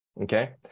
okay